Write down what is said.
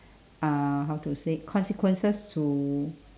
uh how to say consequences to